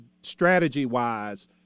strategy-wise